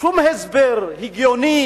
שום הסבר הגיוני